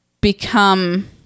become